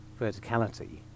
verticality